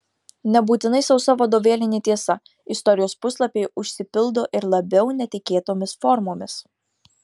nebūtinai sausa vadovėlinė tiesa istorijos puslapiai užsipildo ir labiau netikėtomis formomis